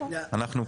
אנחנו פה.